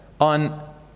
on